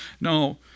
No